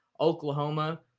oklahoma